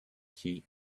key